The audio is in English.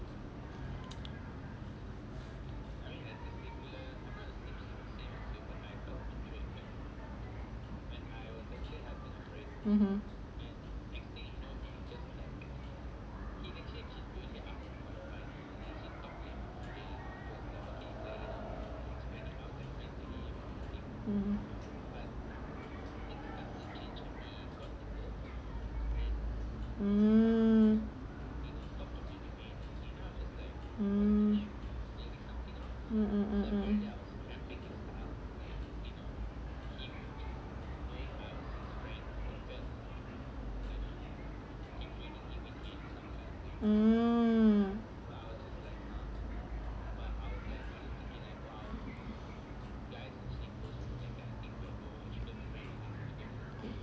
(uh huh) mm hmm uh